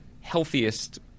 healthiest